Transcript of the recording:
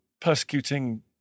persecuting